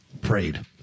prayed